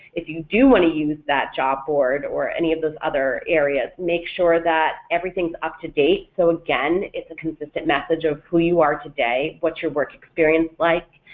if you do want to use that job board or any of those other areas, make sure that everything's up-to-date so again it's a consistent message of who you are today, what's your work experience like,